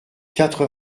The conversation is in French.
quatre